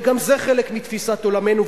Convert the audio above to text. וגם זה חלק מתפיסת עולמנו.